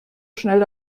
schnell